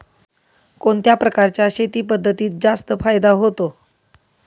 कोणत्या प्रकारच्या शेती पद्धतीत जास्त फायदा होतो?